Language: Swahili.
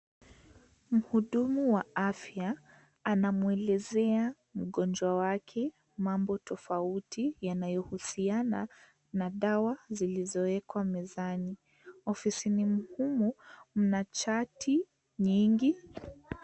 Mhudumu wa afya anamwelezea mgonjwa wake mambo tofauti yanayohusiana na dawa zilizowekwa mezani . Ofisini humu mna chati nyingi .